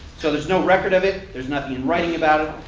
so there's no record of it. there's nothing in writing about it.